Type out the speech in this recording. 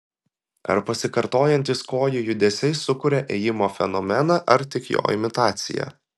ar pasikartojantys kojų judesiai sukuria ėjimo fenomeną ar tik jo imitaciją